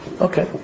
okay